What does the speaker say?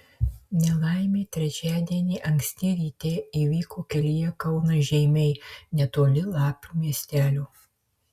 nelaimė trečiadienį anksti ryte įvyko kelyje kaunas žeimiai netoli lapių miestelio